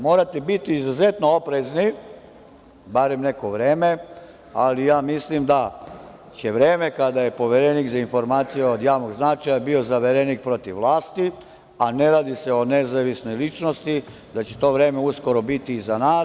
Morate biti izuzetno oprezni, barem neko vreme, ali ja mislim da će vreme kada je Poverenik za informacije od javnog značaja, bio zaverenik protiv vlasti, a ne radi se o nezavisnoj ličnosti, da će to vreme uskoro biti iza nas.